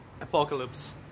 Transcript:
apocalypse